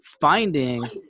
finding